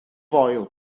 foel